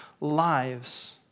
lives